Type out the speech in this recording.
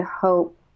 hope